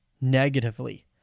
negatively